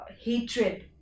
hatred